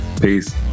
peace